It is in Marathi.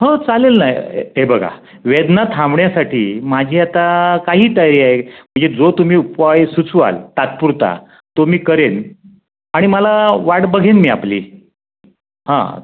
हो चालेल ना हे बघा वेदना थांबण्यासाठी माझी आता काहीही तयारी आहे म्हणजे जो तुम्ही उपाय सुचवाल तात्पुरता तो मी करेन आणि मला वाट बघेन मी आपली हां